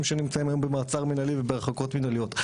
שנמצאים היום במעצר מנהלי ובהרחקות מנהליות,